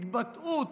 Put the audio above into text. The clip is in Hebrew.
התבטאות,